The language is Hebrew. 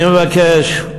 אני מבקש,